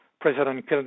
President